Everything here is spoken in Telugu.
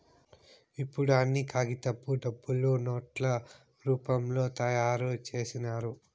ఇప్పుడు అన్ని కాగితపు డబ్బులు నోట్ల రూపంలో తయారు చేసినారు